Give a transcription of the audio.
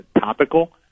topical